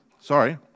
Sorry